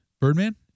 Birdman